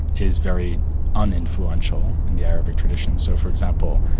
is very uninfluential in the arabic tradition. so for example,